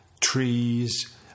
trees